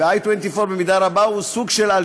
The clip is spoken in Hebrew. ובסופו של עניין 24i, הייתה התנגדות ברורה.